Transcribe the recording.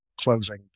closing